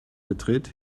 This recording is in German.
betritt